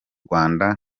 rwanda